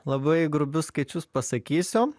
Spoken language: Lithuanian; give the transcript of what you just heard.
labai grubius skaičius pasakysiu